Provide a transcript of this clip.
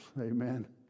Amen